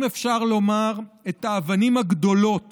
אם אפשר לומר, את האבנים הגדולות